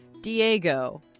Diego